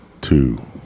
two